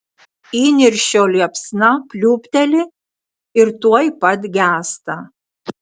įniršio liepsna pliūpteli ir tuoj pat gęsta